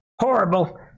horrible